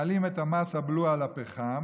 מעלים את מס הבלו על הפחם,